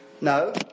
No